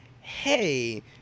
hey